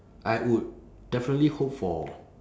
I would definitely hope for